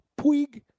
Puig